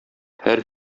һәр